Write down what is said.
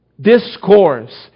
discourse